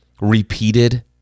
Repeated